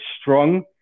strong